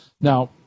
Now